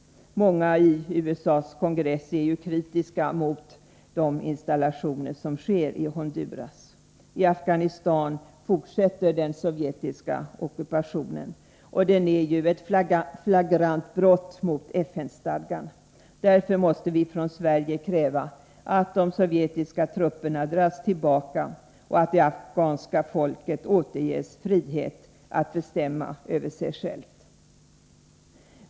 Många i USA:s kongress är kritiska mot de installationer som sker i Honduras. I Afghanistan fortsätter den sovjetiska ockupationen, och den är ett flagrant brott mot FN-stadgan. Därför måste vi från Sverige kräva att de sovjetiska trupperna dras tillbaka och att det afghanska folket återges frihet att bestämma över sig självt.